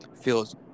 feels